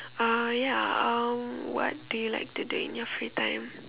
uh ya um what do you like to do in your free time